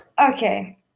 okay